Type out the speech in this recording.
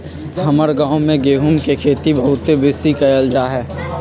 हमर गांव में गेहूम के खेती बहुते बेशी कएल जाइ छइ